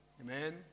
Amen